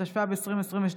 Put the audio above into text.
התשפ"ב 2022,